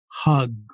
hug